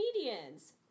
comedians